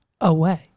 away